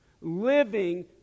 living